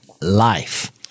life